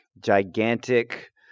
gigantic